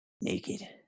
Naked